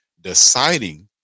deciding